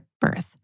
birth